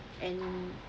and